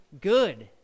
good